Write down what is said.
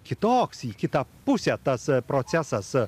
kitoks į kitą pusę tas procesas